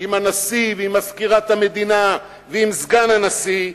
עם הנשיא ועם מזכירת המדינה ועם סגן הנשיא,